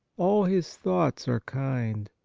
all his thoughts are kind,